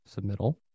submittal